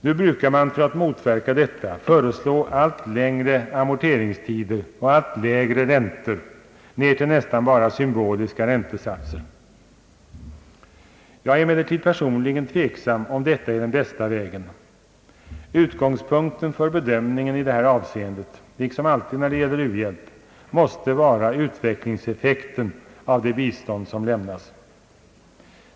Nu brukar man för att motverka detta föreslå allt längre amorteringstider och allt lägre räntor — ned till nästan bara symboliska räntesatser. Jag är emellertid personligen tveksam om detta är den bästa vägen. Utgångspunkten för bedömningen i det här avseendet — liksom alltid när det gäller u-hjälp — måste vara utvecklingseffekten av det bistånd som lämnas.